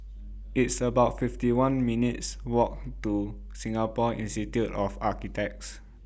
It's about fifty one minutes' Walk to Singapore Institute of Architects